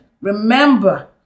Remember